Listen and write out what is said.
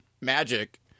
magic